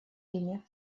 ими